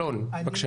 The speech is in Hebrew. אלון, בבקשה.